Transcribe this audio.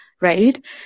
right